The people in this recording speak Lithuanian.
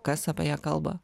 kas apie ją kalba